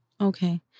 Okay